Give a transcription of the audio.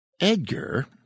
Edgar